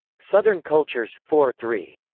southern cultures. four three.